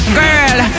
girl